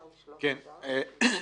ראשית,